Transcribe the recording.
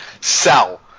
Sell